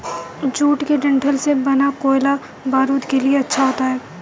jute के डंठल से बना कोयला बारूद के लिए अच्छा होता है